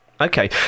Okay